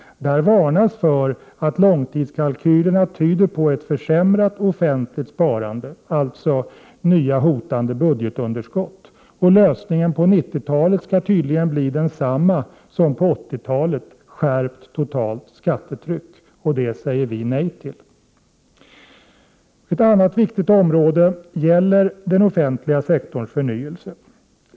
Där varnas för att långtidskalkylerna tyder på försämrat offentligt sparande framöver, alltså nya hotande budgetunderskott. Lösningen på 90-talet skall tydligen bli densamma som på 80-talet: skärpt totalt skattetryck. Det säger vi nej till. Ett annat viktigt område gäller den offentliga sektorns förnyelse.